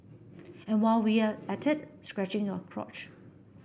and while we're at it scratching your crotch